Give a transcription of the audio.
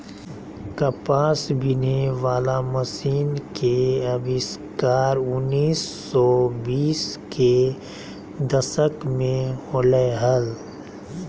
कपास बिनहे वला मशीन के आविष्कार उन्नीस सौ बीस के दशक में होलय हल